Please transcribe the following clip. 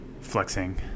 flexing